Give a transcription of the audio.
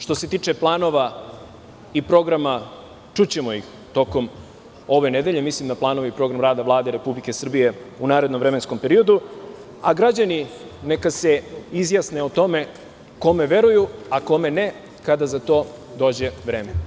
Što se tiče planova i programa, čućemo ih tokom ove nedelje, mislim na planove i program rada Vlade Republike Srbije u narednom vremenskom periodu, a građani neka se izjasne o tome kome veruju a kome ne, kada za to dođe vreme.